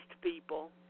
people